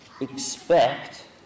expect